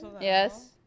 Yes